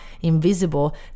invisible